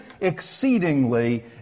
exceedingly